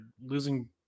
losing